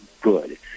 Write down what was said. good